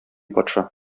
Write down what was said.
патша